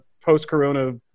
post-corona